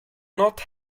not